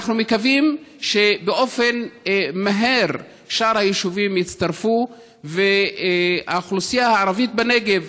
אנחנו מקווים שבאופן מהיר שאר היישובים יצטרפו והאוכלוסייה הערבית בנגב,